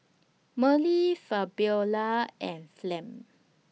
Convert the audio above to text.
Marley Fabiola and Flem